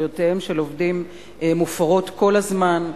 זכויותיהם של עובדים מופרות כל הזמן,